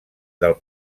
del